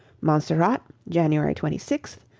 montserrat, january twenty six,